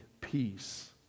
peace